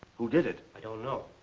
who did it? i don't know.